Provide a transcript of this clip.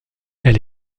elle